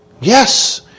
Yes